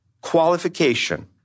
qualification